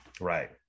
Right